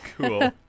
Cool